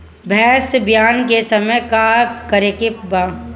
भैंस ब्यान के समय का करेके बा?